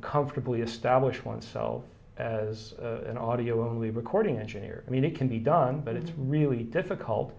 comfortably establish oneself as an audio only recording engineer i mean it can be done but it's really difficult